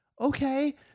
okay